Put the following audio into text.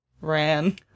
ran